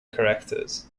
characters